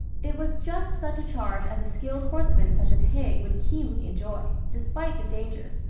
it was just such a charge as a skilled horseman such as haig would keenly enjoy, despite the danger.